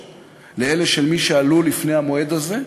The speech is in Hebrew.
לאלה של מי שעלו לפני המועד הזה,